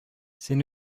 син